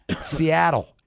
seattle